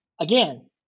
Again